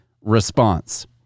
response